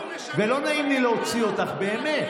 זה לא נעים לי להוציא אותך, באמת.